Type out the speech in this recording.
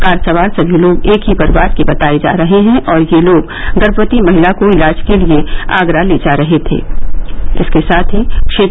car सवार सभी लोग एक ही परिवार के बताये जा रहे हैं और ये लोग गर्भवती महिला को इलाज के लिये आगरा ले जा रहे थे